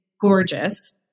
gorgeous